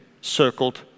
circled